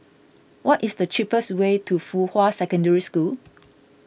what is the cheapest way to Fuhua Secondary School